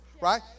right